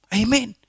amen